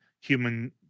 human